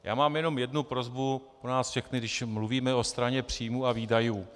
Já mám jenom jednu prosbu pro nás všechny, když mluvíme o straně příjmů a výdajů.